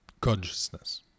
Consciousness